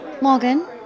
Morgan